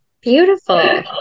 beautiful